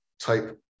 type